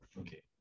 Okay